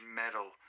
metal